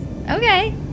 Okay